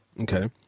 Okay